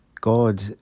God